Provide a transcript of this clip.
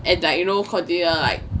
and like you know continue